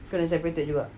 kena separated juga